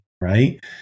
Right